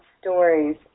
stories